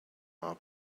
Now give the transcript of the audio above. our